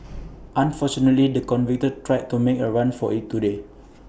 unfortunately the convict tried to make A run for IT today